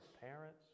parents